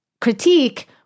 critique